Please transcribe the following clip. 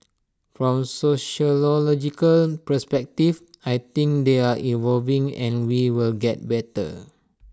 from sociological perspective I think they are evolving and we will get better